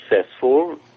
successful